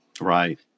Right